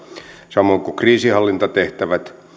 samoin kuin kriisinhallintatehtävät